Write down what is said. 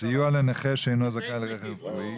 9לגסיוע לנכה שאינו זכאי לרכב רפואי